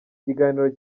gitaramo